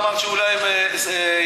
ואמרת שאולי הם ימנים.